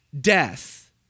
death